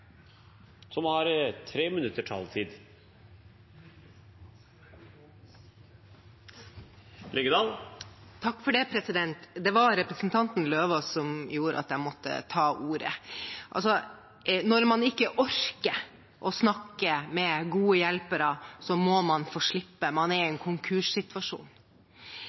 Det var representanten Eidem Løvaas som gjorde at jeg måtte ta ordet. Når man ikke orker å snakke med gode hjelpere, må man få slippe det når man er i en konkurssituasjon.